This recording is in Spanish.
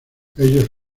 ellos